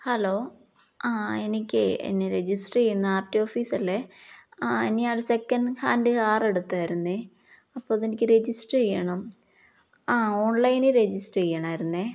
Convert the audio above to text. hello ആ എനക്ക്േ എന്നെ രജിസ്റ്റർ ചെയ്യുന്ന ആർടിി ഓഫീസല്ലേ ആ ഇനി ആടെ സെക്കൻഡ് ഹാൻഡ് കാർ എടുത്താരരുന്നേ അപ്പ അതെനിക്ക് രജിസ്റ്റർ ചെയ്യണം ആ ഓൺലൈനി രജിസ്റ്റർ ചെയ്യണാരരുന്നേ